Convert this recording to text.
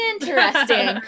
interesting